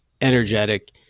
energetic